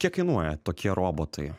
kiek kainuoja tokie robotai